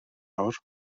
nawr